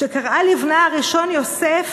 שקראה לבנה הראשון יוסף